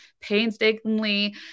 painstakingly